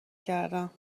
کردم